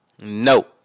No